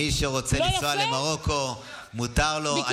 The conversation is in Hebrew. מי שרוצה לנסוע למרוקו, מותר לו.